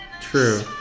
True